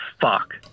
fuck